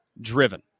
driven